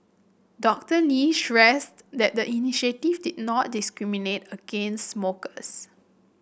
Doctor Lee stressed that the initiative did not discriminate against smokers